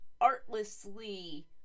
artlessly